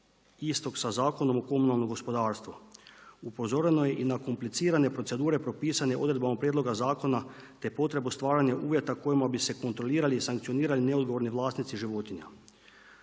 istog sa Zakonom o komunalnom gospodarstvu. Upozoreno je na komplicirane procedure propisane odredbama prijedloga zakona te potrebu stvaranja uvjeta kojima bi se kontrolira i sankcionirali neodgovorni vlasnici životinja.